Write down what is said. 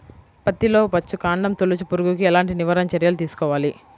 పత్తిలో వచ్చుకాండం తొలుచు పురుగుకి ఎలాంటి నివారణ చర్యలు తీసుకోవాలి?